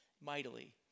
mightily